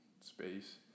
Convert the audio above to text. space